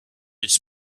its